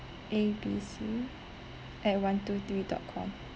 A B C at one two three dot com